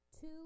two